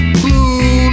blue